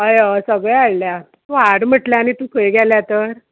हय हय सगळें हाडल्या हाड म्हटल्या न्ही तूं खंय गेल्या तर